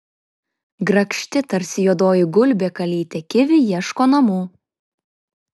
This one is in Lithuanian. grakšti tarsi juodoji gulbė kalytė kivi ieško namų